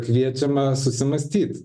kviečiama susimąstyt